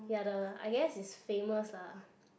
ya the I guess it's famous lah